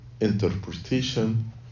interpretation